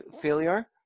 failure